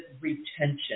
retention